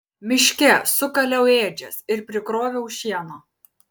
miške sukaliau ėdžias ir prikroviau šieno